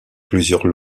plusieurs